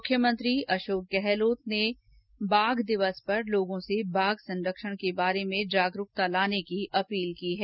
मुख्यमंत्री अशोक गहलोत ने बाघ दिवस पर लोगों से बाघ संरक्षण के बारे में जागरूकता लाने की अपील की है